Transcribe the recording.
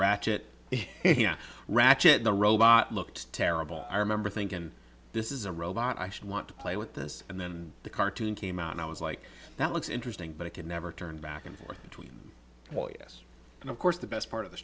ratchet ratchet the robot looked terrible i remember thinking this is a robot i should want to play with this and then the cartoon came out and i was like that looks interesting but i can never turn back and forth between well yes and of course the best part of th